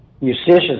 musicians